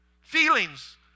Feelings